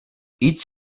each